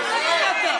אסון.